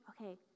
okay